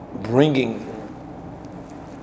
bringing